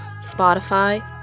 Spotify